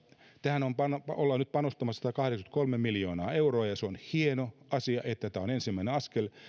tähän ollaan nyt panostamassa satakahdeksankymmentäkolme miljoonaa euroa ja se on hieno asia että tämä on ensimmäinen askel